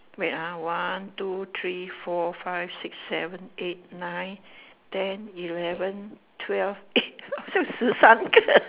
wait ah one two three four five six seven eight nine ten eleven twelve eh so 十三个